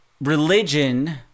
religion